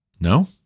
No